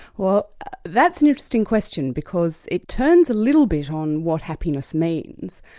well that's an interesting question because it turns a little bit on what happiness means.